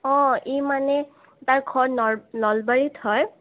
অঁ ই মানে তাৰ ঘৰত নল নলবাৰীত হয়